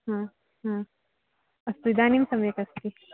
हा हा अस्तु इदानीं सम्यक् अस्ति